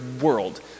world